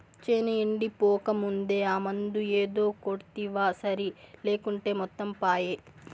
చేను ఎండిపోకముందే ఆ మందు ఏదో కొడ్తివా సరి లేకుంటే మొత్తం పాయే